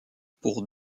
pour